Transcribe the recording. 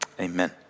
Amen